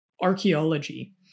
archaeology